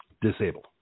disabled